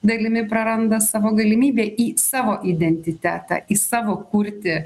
dalimi praranda savo galimybę į savo identitetą į savo kurti